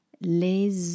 les